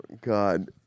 God